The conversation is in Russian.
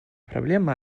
проблема